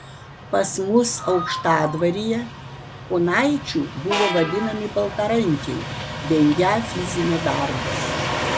pas mus aukštadvaryje ponaičiu buvo vadinami baltarankiai vengią fizinio darbo